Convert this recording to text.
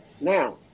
now